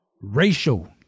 racial